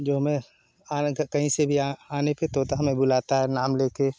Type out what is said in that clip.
जो हमें आने पर कहीं से आने पर तोता हमें बुलाता है नाम ले के